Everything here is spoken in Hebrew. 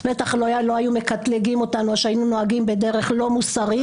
בטח לא היו מקטלגים אותנו או שהיינו נוהגים בדרך לא מוסרית.